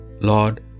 Lord